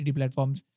platforms